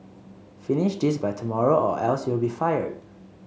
finish this by tomorrow or else you'll be fired